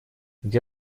где